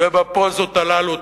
ובפוזות הללו.